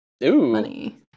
money